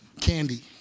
Candy